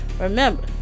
Remember